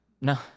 No